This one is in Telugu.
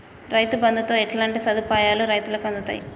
రైతు బంధుతో ఎట్లాంటి సదుపాయాలు రైతులకి అందుతయి?